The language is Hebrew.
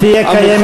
שתהיה קיימת תקנה.